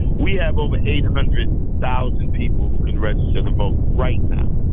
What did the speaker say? we have over eight hundred thousand people who can register the vote right now.